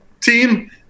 Team